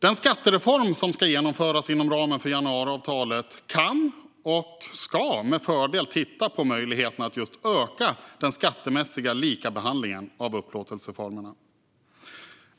Den skattereform som ska genomföras inom ramen för januariavtalet kan och ska med fördel titta på just möjligheterna att öka den skattemässiga likabehandlingen av upplåtelseformerna.